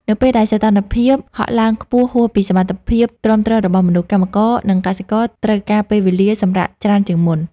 នៅពេលដែលសីតុណ្ហភាពហក់ឡើងខ្ពស់ហួសពីសមត្ថភាពទ្រាំទ្ររបស់មនុស្ស កម្មករ និងកសិករត្រូវការពេលវេលាសម្រាកច្រើនជាងមុន។